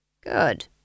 Good